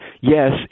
yes